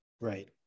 Right